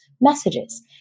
messages